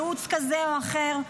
ייעוץ כזה או אחר.